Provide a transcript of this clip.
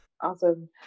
Awesome